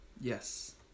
Yes